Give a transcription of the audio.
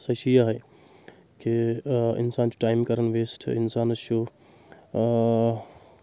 سۄ چھِ یہٕے کہِ اِنسان چھُ ٹایم کَرَان ویسٹ اِنسانَس چھُ اں